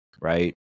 right